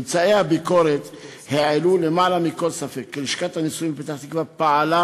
ממצאי הביקורת העלו למעלה מכל ספק כי לשכת הנישואים בפתח-תקווה פעלה